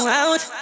out